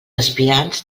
aspirants